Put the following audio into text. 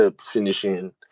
finishing